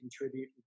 contribute